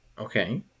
Okay